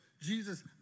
Jesus